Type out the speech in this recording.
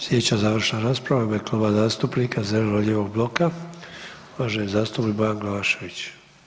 Sljedeća završna rasprava u ime Kluba zastupnika Zeleno lijevog bloka uvaženi zastupnik Bojan Glavašević.